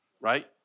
Right